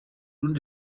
rundi